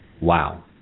Wow